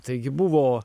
taigi buvo